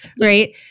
right